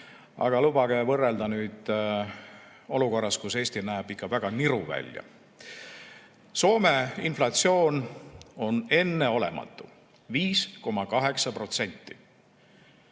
Aga lubage võrrelda nüüd olukorras, kus Eesti näeb ikka väga niru välja. Soome inflatsioon on enneolematu: 5,8%.